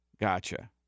Gotcha